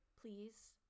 please